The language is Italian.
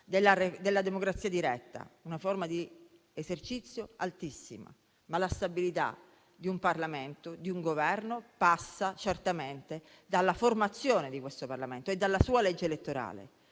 della democrazia diretta, ma la stabilità di un Parlamento e di un Governo passa certamente dalla formazione di questo Parlamento e dalla sua legge elettorale.